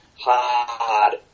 hard